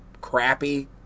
crappy